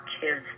kids